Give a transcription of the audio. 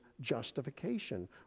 justification